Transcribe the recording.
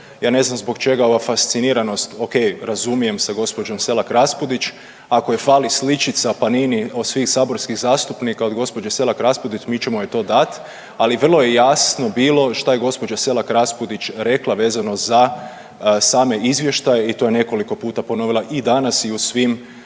Ja ne znam zbog čega ova fasciniranost, o.k., razumijem sa kolegicom Selak-Raspudić ako joj fali sličica, pa nije od svih saborskih zastupnika od gospođe Selak-Raspudić. Mi ćemo joj to dati. Ali vrlo je jasno bilo što je gospođa Selak-Raspudić rekla vezano za same izvještaje i to je nekoliko puta ponovila i danas i u svim